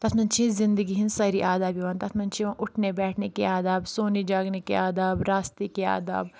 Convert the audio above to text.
تَتھ منٛز چھِ یہِ زندگی ہٕنٛز سٲری آداب یِوان تَتھ منٛز چھِ یِوان اُٹھنے بیٹھنے کے آداب سونے جاگنے کے آداب راستے کے آداب